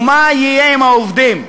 ומה יהיה עם העובדים?